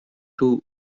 two